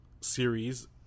series